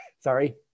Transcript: Sorry